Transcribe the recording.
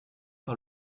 par